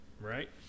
Right